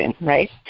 right